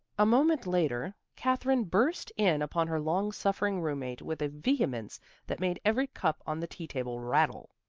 a moment later katherine burst in upon her long-suffering roommate with a vehemence that made every cup on the tea-table rattle.